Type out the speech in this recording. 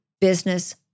business